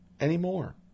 anymore